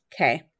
Okay